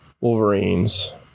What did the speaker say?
Wolverines